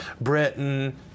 Britain